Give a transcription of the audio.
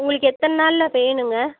உங்களுக்கு எத்தனை நாளில் வேணுங்க